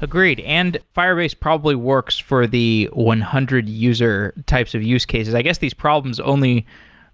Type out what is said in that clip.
agreed, and firebase probably works for the one hundred user types of use cases. i guess these problems only